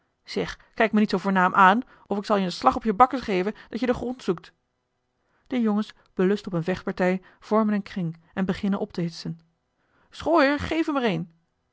zeg kijk me niet zoo voornaam aan of ik zal je een slag op je bakkes geven dat je den grond zoekt de jongens belust op eene vechtpartij vormen een kring en beginnen op te hitsen schooier geef hem er